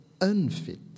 unfit